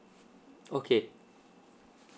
okay